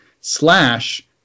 slash